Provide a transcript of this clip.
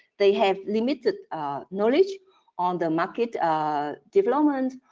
they have limited knowledge on the market ah development,